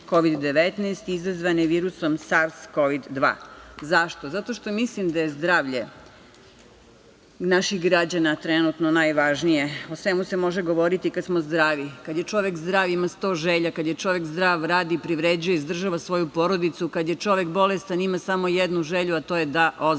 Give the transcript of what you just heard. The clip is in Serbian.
Kovid 19 izazvane virusom SARS-CoV-2.Zašto? Zato što mislim da je zdravlje naših građana trenutno najvažnije. O svemu se može govoriti kada smo zdravi. Kada je čove zdrav ima 100 želja. Kada je čovek zdrav radi i privređuje, izdržava svoju porodicu. Kada je čovek bolestan ima samo jednu želju, a to je da ozdravi.S